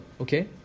okay